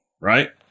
right